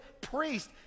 priest